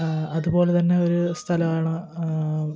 അതുപോലെത്തന്നെ ഒര് സ്ഥലമാണ്